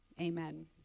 amen